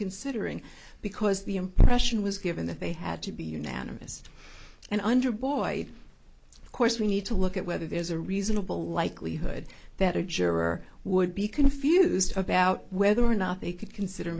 considering because the impression was given that they had to be unanimous and under boy of course we need to look at whether there's a reasonable likelihood that a juror would be confused about whether or not they could consider